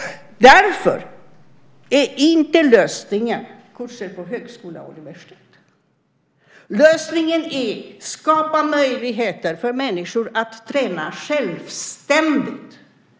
Därför är inte lösningen kurser på högskola och universitet. Lösningen är att skapa möjligheter för människor att träna självständigt.